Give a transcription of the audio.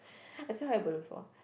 I think I go before